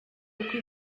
kuko